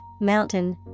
mountain